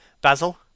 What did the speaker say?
Basil